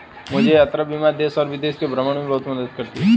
मुझे यात्रा बीमा देश और विदेश के भ्रमण में बहुत मदद करती है